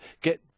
get